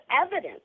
evidence